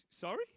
sorry